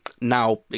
now